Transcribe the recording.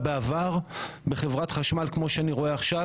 בעבר בחברת חשמל כמו שאני רואה עכשיו,